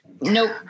Nope